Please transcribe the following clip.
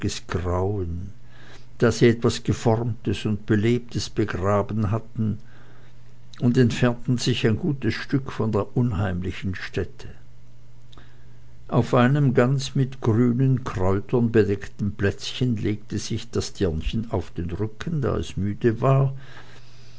grauen da sie etwas geformtes und belebtes begraben hatten und entfernten sich ein gutes stück von der unheimlichen stätte auf einem ganz mit grünen kräutern bedeckten plätzchen legte sich das dirnchen auf den rücken da es müde war